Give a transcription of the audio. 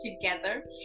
together